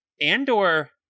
Andor